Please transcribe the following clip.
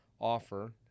offer